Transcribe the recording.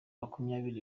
makumyabiri